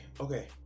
okay